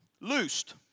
loosed